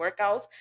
workouts